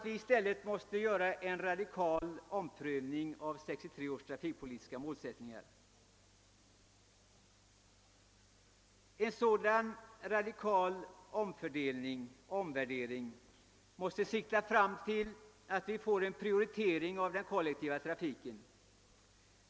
I stället måste vi radikalt ompröva den målsättningen. En sådan radikal omfördelning och omvärdering måste sikta på en prioritering av den kollektiva trafiken.